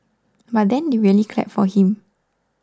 but then they really clapped for him